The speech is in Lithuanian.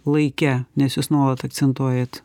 laike nes jūs nuolat akcentuojat